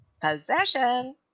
Possession